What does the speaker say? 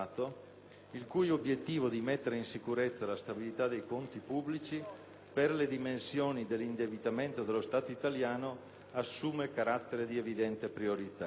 il cui obiettivo di mettere in sicurezza la stabilità dei conti pubblici, per le dimensioni dell'indebitamento dello Stato italiano, assume carattere di evidente priorità.